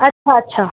अछा अछा